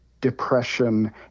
depression